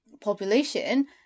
population